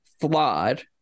flawed